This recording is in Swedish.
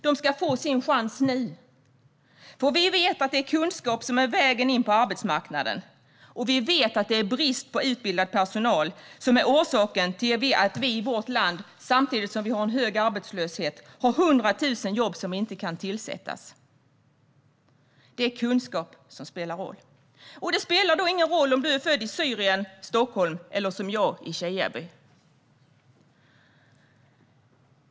De ska få sin chans nu. Vi vet nämligen att det är kunskap som är vägen in på arbetsmarknaden. Vi vet att det är bristen på utbildad personal som är orsaken till att vi i vårt land, samtidigt som vi har en hög arbetslöshet, har 100 000 jobb som inte kan tillsättas. Det är kunskap som spelar roll. Det spelar då ingen roll om du är född i Syrien, Stockholm eller som jag i Kiaby.